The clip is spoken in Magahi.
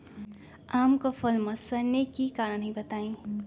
आम क फल म सरने कि कारण हई बताई?